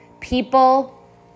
people